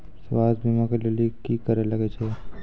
स्वास्थ्य बीमा के लेली की करे लागे छै?